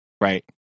right